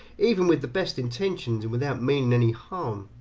even with the best intentions and without meaning any harm,